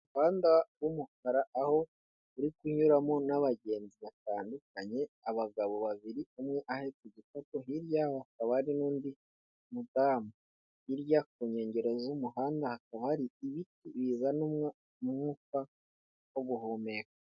Umuhanda w'umukara aho uri kunyuramo n'abagenzi batandukanye, abagabo babiri, umwe ahetse igikapu hirya yaho hakaba hari n'undi mudamu, hirya ku nkengero z'umuhanda hakaba hari ibiti bizana umwuka wo guhumeka.